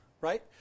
right